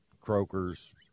croakers